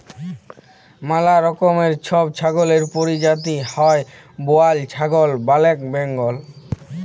ম্যালা রকমের ছব ছাগলের পরজাতি হ্যয় বোয়ার ছাগল, ব্যালেক বেঙ্গল